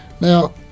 Now